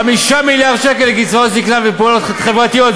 חברת הכנסת נחמיאס ורבין, נא לשבת.